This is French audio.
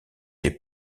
des